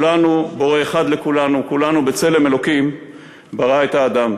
בורא אחד לכולנו, כולנו, בצלם אלוקים ברא את האדם.